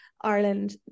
Ireland